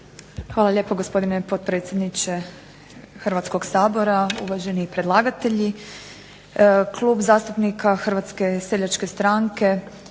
Hvala lijepa gospodine potpredsjedniče Hrvatskog sabora. Uvaženi predlagatelji. Klub zastupnika HSS-a podržat će